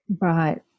Right